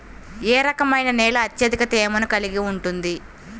ఏ రకమైన నేల అత్యధిక తేమను కలిగి ఉంటుంది?